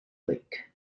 lake